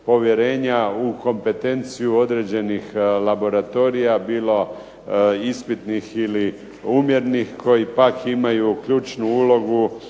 u kompetenciju određenih laboratorija, bilo ispitnih ili umjernih, koji pak imaju ključnu ulogu